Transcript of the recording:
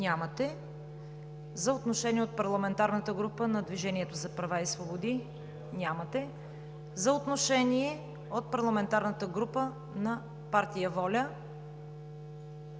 Няма. За отношение от Парламентарната група на Движението за права и свободи? Няма. За отношение от Парламентарната група от Партия „Воля“? Няма.